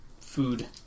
food